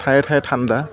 ঠায়ে ঠায়ে ঠাণ্ডা